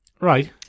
Right